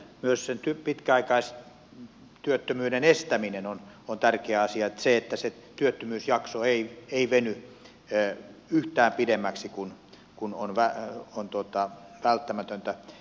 myös pitkäaikaistyöttömyyden estäminen on tärkeä asia se että se työttömyysjakso ei veny yhtään pidemmäksi kuin on välttämätöntä